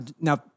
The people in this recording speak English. now